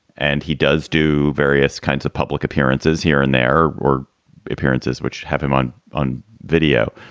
and he does do various kinds of public appearances here and there or appearances which have him on on video.